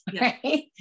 right